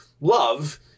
love